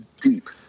deep